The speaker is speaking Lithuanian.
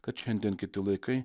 kad šiandien kiti laikai